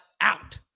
out